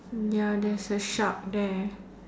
ya there's a shark there